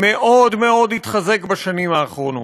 מאוד מאוד התחזק בשנים האחרונות,